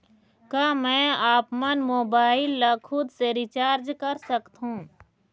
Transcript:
का मैं आपमन मोबाइल मा खुद से रिचार्ज कर सकथों?